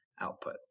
output